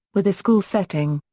with a school setting.